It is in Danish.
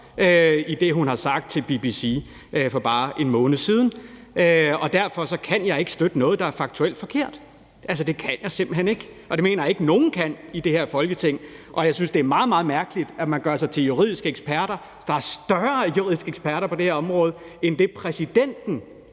det, hun har sagt til BBC for bare en måned siden. Derfor kan jeg ikke støtte noget, der er faktuelt forkert – det kan jeg simpelt hen ikke. Og det mener jeg ikke nogen kan i det her Folketing. Og jeg synes, det er meget, meget mærkeligt, at man gør sig til større juridisk ekspert på det her område end præsidenten